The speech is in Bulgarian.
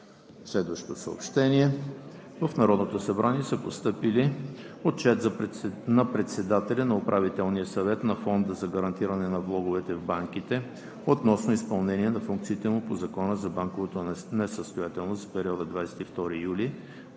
Народното събрание. В Народното събрание са постъпили Отчет на председателя на Управителния съвет на Фонда за гарантиране на влоговете в банките относно изпълнение на функциите му по Закона за банковата несъстоятелност за периода 22 юли